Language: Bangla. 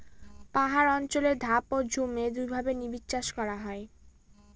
পাহাড় অঞ্চলে ধাপ ও ঝুম এই দুইভাবে নিবিড়চাষ করা হয়